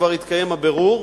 כבר התקיים הבירור,